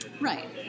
Right